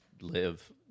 live